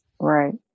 right